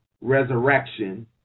resurrection